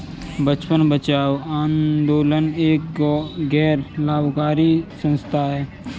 बचपन बचाओ आंदोलन एक गैर लाभकारी संस्था है